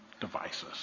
devices